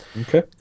okay